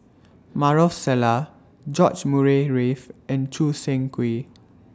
Maarof Salleh George Murray Reith and Choo Seng Quee